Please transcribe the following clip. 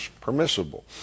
permissible